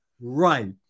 Right